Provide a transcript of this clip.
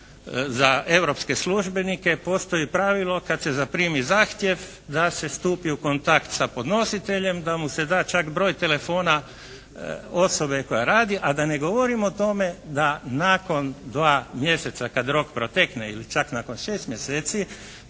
za europske službenike postoji pravilo kad se zaprimi zahtjev da se stupi u kontakt sa podnositeljem, da mu se da čak broj telefona osobe koja radi, a da ne govorim o tome da nakon 2 mjeseca kad rok protekne ili čak nakon 6 mjeseci